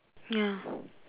ya